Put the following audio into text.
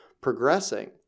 progressing